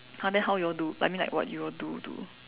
!huh! then how you all do like I mean like what you all do to